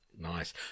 Nice